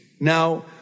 Now